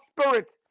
spirit